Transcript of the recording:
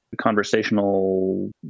conversational